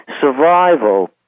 Survival